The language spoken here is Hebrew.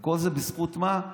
וכל זה בזכות מה?